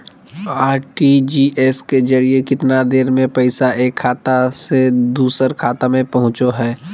RTGS के जरिए कितना देर में पैसा एक खाता से दुसर खाता में पहुचो है?